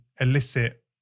elicit